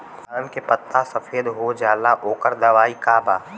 धान के पत्ता सफेद हो जाला ओकर दवाई का बा?